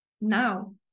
now